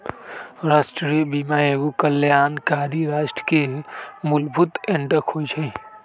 राष्ट्रीय बीमा एगो कल्याणकारी राष्ट्र के मूलभूत अङग होइ छइ